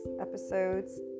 Episodes